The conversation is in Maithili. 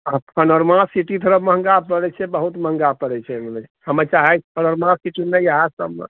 हँ पनोरमा सिटी थोड़ा महंगा पड़ै छै बहुत महंगा पड़ै छै हमे चाहै छिऐ पनोरमा सिटी नहि इहए सबमे